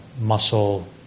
muscle